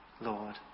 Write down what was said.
Lord